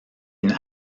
une